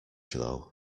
though